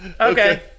Okay